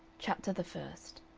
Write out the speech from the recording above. chapter the first